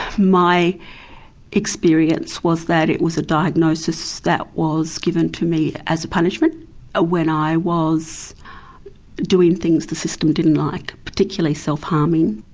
my experience was that it was a diagnosis that was given to me as a punishment ah when i was doing things the system didn't like, particularly self harming.